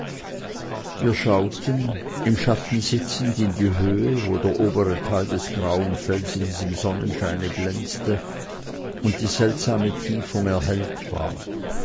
wir schauten im schatten sitzend in die höhe wo der obere teil des grauen felsens im sonnenscheine glänzte und die seltsame vertiefung erhellt war